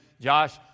Josh